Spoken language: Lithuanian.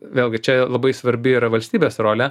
vėlgi čia labai svarbi yra valstybės rolė